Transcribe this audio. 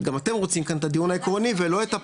גם אתם רוצים כאן את הדיון העקרוני ולא את הפרטני.